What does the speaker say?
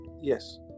yes